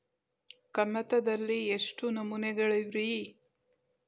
ಕಮತದಲ್ಲಿ ಎಷ್ಟು ನಮೂನೆಗಳಿವೆ ರಿ?